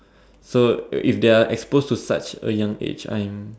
so uh if they are expose to such a young age I am